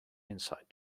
insight